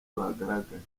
bagaragaye